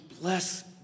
bless